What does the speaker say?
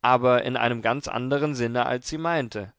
aber in einem ganz anderen sinne als sie meinte